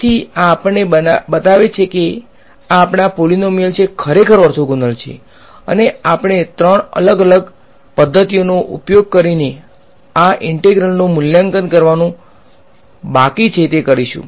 તેથી આ આપણને બતાવે છે કે આ આપણા પોલીનોમીયલ એ ખરેખર ઓર્થોગોનલ છે અને આપણે ત્રણ અલગ અલગ પદ્ધતિઓનો ઉપયોગ કરીને આ ઈંટેગ્રલનુ મૂલ્યાંકન કરવાનું બાકી છે તે કરીશુ